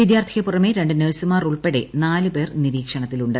വിദ്യാർത്ഥിക്ക് പുറമെ രണ്ട് നെഴ്സുമാർ ഉൾപ്പെടെ നാല് പേർ നിരീക്ഷണത്തിലുണ്ട്